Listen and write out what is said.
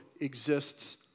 exists